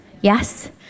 Yes